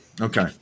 okay